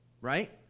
right